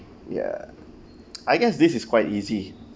ya I guess this is quite easy